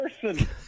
person